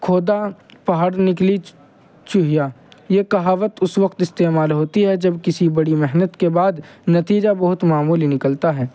کھودا پہاڑ نکلی چوہیہ یہ کہاوت اس وقت استعمال ہوتی ہے جب کسی بڑی محنت کے بعد نتیجہ بہت معمولی نکلتا ہے